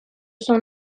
son